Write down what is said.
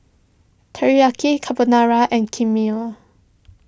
Teriyaki Carbonara and Kheema